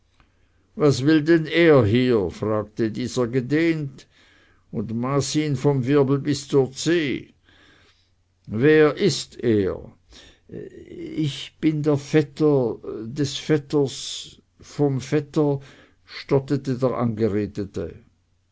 was will denn er hier fragte dieser gedehnt und maß ihn vom wirbel bis zur zehe wer ist er ich bin der vetter des vetters vom vetter stotterte der angeredete